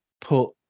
put